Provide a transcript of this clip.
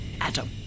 Adam